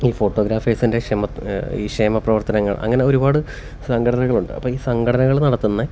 ഈ ഫോട്ടോഗ്രാഫേഴ്സിന്റെ ക്ഷേമത ഈ ക്ഷേമ പ്രവർത്തനങ്ങൾ അങ്ങനെ ഒരുപാട് സംഘടനകൾ ഒണ്ട് അപ്പോൾ ഈ സംഘടനകൾ നടത്തുന്നത്